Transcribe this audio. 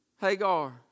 Hagar